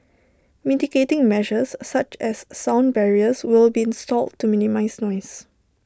mitigating measures such as sound barriers will be installed to minimise noise